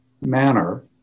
manner